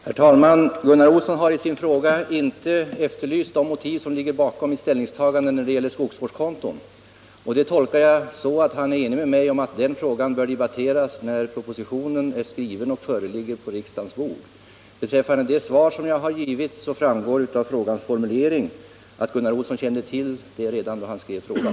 Herr talman! Gunnar Olsson har i sin fråga inte efterlyst de motiv som ligger bakom mitt ställningstagande när det gäller skogsvårdskonton. Detta tolkar jag så, att han är enig med mig om att den frågan bör debatteras när propositionen är skriven och ligger på riksdagens bord. Beträffande det svar som jag har givit framgår det av frågans formulering att Gunnar Olsson kände till detta redan när han skrev frågan.